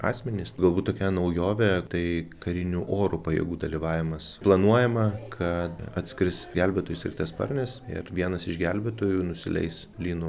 asmenys galbūt tokia naujovė tai karinių oro pajėgų dalyvavimas planuojama kad atskris gelbėtojų sraigtasparnis ir vienas iš gelbėtojų nusileis lynu